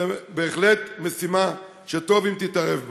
זאת בהחלט משימה שטוב אם תתערב בה.